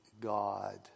God